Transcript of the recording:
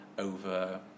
over